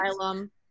asylum